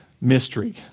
mystery